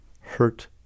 hurt